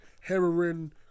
heroin